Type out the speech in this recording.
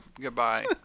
Goodbye